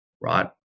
right